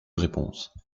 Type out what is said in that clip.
réponse